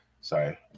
Sorry